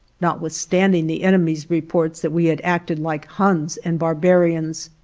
notwithstanding the enemy's reports that we had acted like huns and barbarians,